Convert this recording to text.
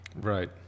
right